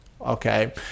okay